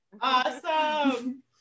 Awesome